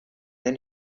then